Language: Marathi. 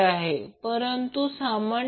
आता या नंतर एक उदाहरण घ्या